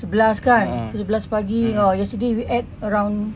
sebelas kan sebelas pagi orh yesterday we add around